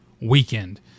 weekend